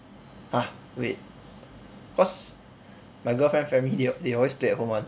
!huh! wait cause my girlfriend family they they always play at home [one]